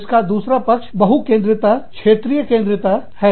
इसका दूसरा पक्ष बहुकेंद्रीता क्षेत्रीयकेंद्रीता है